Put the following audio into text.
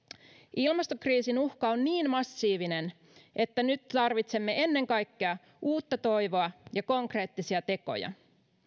ilmastokriisin uhka on niin massiivinen että nyt tarvitsemme ennen kaikkea uutta toivoa ja konkreettisia tekoja